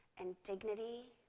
and dignity,